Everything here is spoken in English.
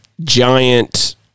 giant